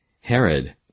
Herod